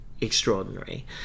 Extraordinary